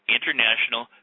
International